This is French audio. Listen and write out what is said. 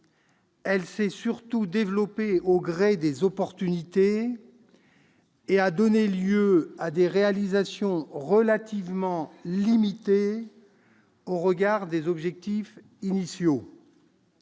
elle s'est surtout développée au gré des opportunités et a donné lieu à des réalisations relativement limitées au regard des objectifs initiaux,